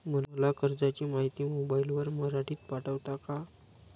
मला कर्जाची माहिती मोबाईलवर मराठीत पाठवता का?